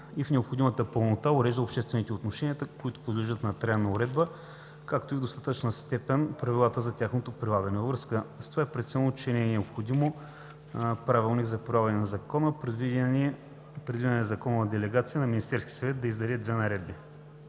и в необходимата пълнота урежда обществените отношения, които подлежат на трайна уредба, както и в достатъчна степен – правилата за тяхното прилагане. Във връзка с това е преценено, че не е необходимо правилник за прилагане на закона. Предвидена е законова делегация на Министерския съвет, който да издаде две наредби.